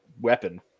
weapon